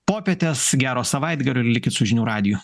popietės gero savaitgalio ir likit su žinių radiju